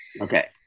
Okay